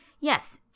yes